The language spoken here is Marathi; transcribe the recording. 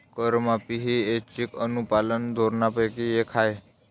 करमाफी ही ऐच्छिक अनुपालन धोरणांपैकी एक आहे